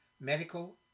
medical